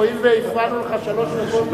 הואיל והפרענו לך שלוש דקות,